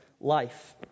life